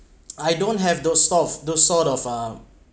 I don't have those sort those sort of um